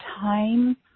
time